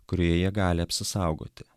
kurioje jie gali apsisaugoti